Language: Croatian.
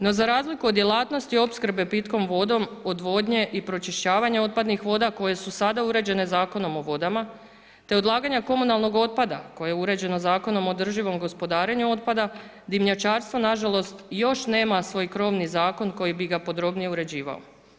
No razliku od djelatnosti opskrbe pitkom vodom, odvodnje i pročišćavanja otpadnih voda koje su sada uređene Zakonom o vodama te odlaganje komunalnog otpada koje je uređeno Zakonom o održivom gospodarenju otpada, dimnjačarstvo nažalost još nema svoj krovni zakon koji bi ga podrobnije uređivao.